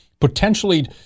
Potentially